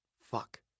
Fuck